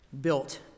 built